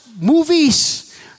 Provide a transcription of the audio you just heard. movies